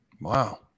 wow